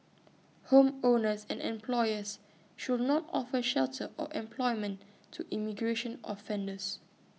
homeowners and employers should not offer shelter or employment to immigration offenders